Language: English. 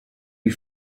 you